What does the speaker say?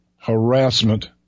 harassment